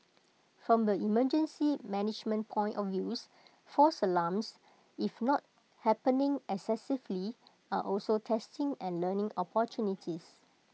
from the emergency management point of views false alarms if not happening excessively are also testing and learning opportunities